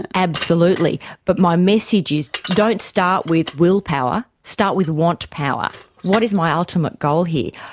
and absolutely, but my message is don't start with willpower, start with want-power. what is my ultimate goal here?